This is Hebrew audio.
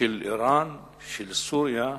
של אירן, של סוריה,